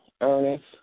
Ernest